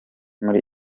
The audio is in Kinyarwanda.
muri